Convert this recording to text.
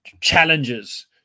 challenges